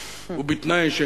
ובתנאי,